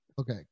Okay